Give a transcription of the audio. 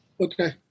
Okay